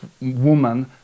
woman